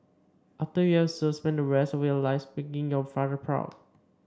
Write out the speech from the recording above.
after you have served spend the rest of your life making your father proud